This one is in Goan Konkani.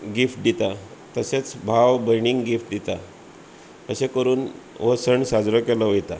गिफ्ट दिता तशेंच भाव भयणीक गिफ्ट दिता अशें करून हो सण साजरो केलो वयता